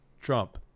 Trump